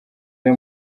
iwe